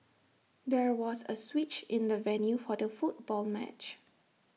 there was A switch in the venue for the football match